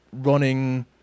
running